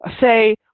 say